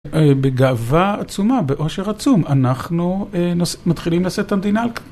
בגאווה עצומה, באושר עצום, אנחנו מתחילים לשאת את המדינה.